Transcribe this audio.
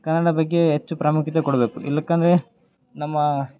ಕನ್ನಡ ಬಗ್ಗೆ ಹೆಚ್ಚು ಪ್ರಾಮುಖ್ಯತೆ ಕೊಡಬೇಕು ಏನಕ್ಕೆ ಅಂದರೆ ನಮ್ಮ